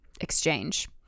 exchange